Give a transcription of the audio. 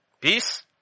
Peace